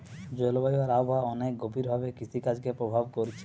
জলবায়ু আর আবহাওয়া অনেক গভীর ভাবে কৃষিকাজকে প্রভাব কোরছে